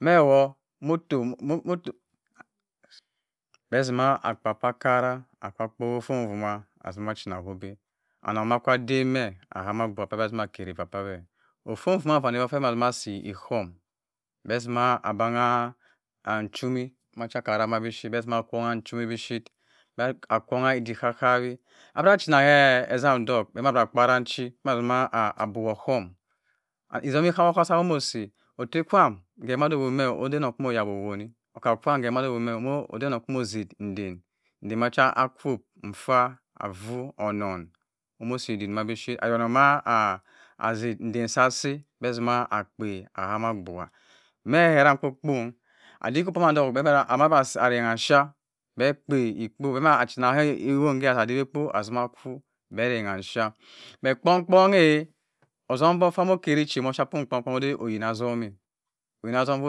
Meh woh motor beh etina akpar pah akara akwo kpowo fumfuma asima chenna hoghe anangh mah kwa geh ane mah kwa adibe meh ahama aghuaha pah beh atima akeri pah beh, afon fuma fah emima atima asi ekom beh tima abangh beh tima ntwemi akara mma bi ship bhe mma atimi ntwe bi shit akong ha edik hahawi abara chena heh esando beh boro aparen chi beh ma abuwo okum esang he hap hap dah onemo usi oteh kwam ogeh wanowome ode onung kwu muh oya owohi oneng kwo moh osi nten ema cha aquoknfa avu, onun omo usi ndidima bi shit ayonang mab aseh nten sah asi che atima akpe ahama agbugha meh herang kpo kponk odiko pah atoghe beh beh ma arangh a affia beh ekpeh ekpo beh achena heh ewon heh adiwe ekpo atima akwu beh rengha nfia beh kpong kpong-eh otono foh moh kenchen moh ofgicpium nwa odey oyin a tom oyina tom foh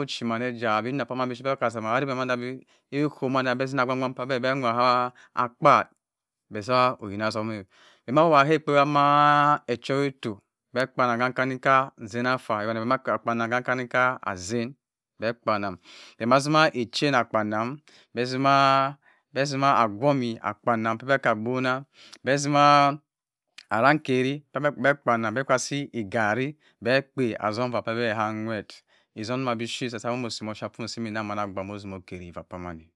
ochimane eja abih nna pah mmana ship atima agbang sbang pah beh beh nwa nwa hah akpat beh sah oyinatomme abeh atima heh ekpawa echoghe etogh beh kpanem hah kan ika nsen affa ewune wereh beh kpanem kah akina asen beh kpenem beh mah atima echen akpnem peh mah atima agwomi akpanem pah beh kah agbonah beh etima arenkeri beh kpanem beh kwa asi egare behekpeh osomi eva dah beh hanwer etom na bi ship esa heh moh osi hoh offia pium neh nangha mini egbua motero okere eva pamonah.